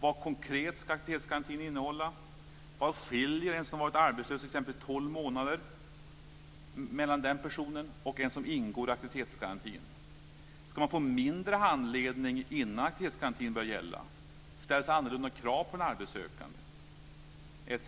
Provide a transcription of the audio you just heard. Vad konkret ska aktivitetsgarantin innehålla? Vad skiljer mellan en som har varit arbetslös i exempelvis tolv månader och en som ingår i aktivitetsgarantin? Ska man få mindre handledning innan aktivitetsgarantin börjar gälla? Ställs andra krav på den arbetssökande? Ett